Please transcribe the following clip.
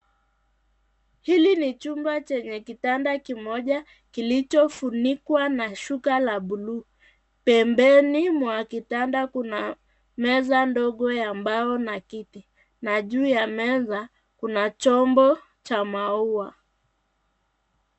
Hili ni chumba chenye kitanda kimoja, kilichofunikwa na shuka ya blue , pembeni mwa kitanda kuna meza ndogo, ya mbao, na kiti, na juu ya meza kuna chombo, cha maua.